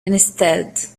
instead